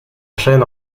chaine